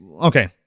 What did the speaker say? okay